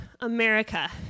America